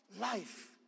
life